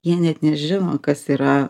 jie net nežino kas yra